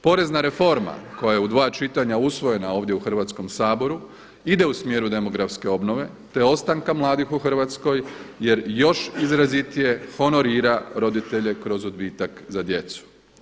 Porezna reforma koja je u dva čitanja usvojena ovdje u Hrvatskom saboru ide u smjeru demografske obnove, te ostanka mladih u Hrvatskoj jer još izrazitije honorira roditelje kroz odbitak za djecu.